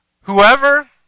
Whoever